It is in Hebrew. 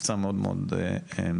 מבצע מאוד מאוד ארוך.